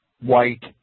white